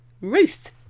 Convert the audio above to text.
Ruth